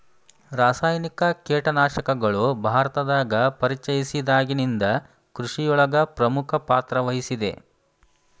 ರಾಸಾಯನಿಕ ಕೇಟನಾಶಕಗಳು ಭಾರತದಾಗ ಪರಿಚಯಸಿದಾಗನಿಂದ್ ಕೃಷಿಯೊಳಗ್ ಪ್ರಮುಖ ಪಾತ್ರವಹಿಸಿದೆ